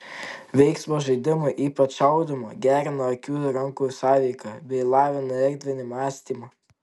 veiksmo žaidimai ypač šaudymo gerina akių ir rankų sąveiką bei lavina erdvinį mąstymą